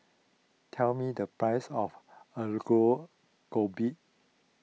tell me the price of Aloo Gobi